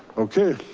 okay,